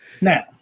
Now